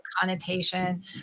connotation